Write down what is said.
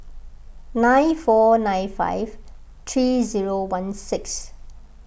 nine four nine five three zero one six